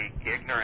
ignorant